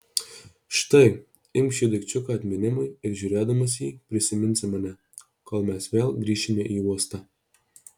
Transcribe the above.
štai imk šį daikčiuką atminimui ir žiūrėdamas į jį prisiminsi mane kol mes vėl grįšime į uostą